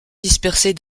dispersée